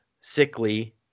sickly